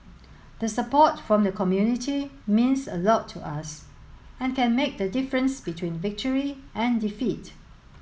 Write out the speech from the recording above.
the support from the community means a lot to us and can make the difference between victory and defeat